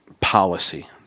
policy